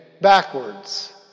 backwards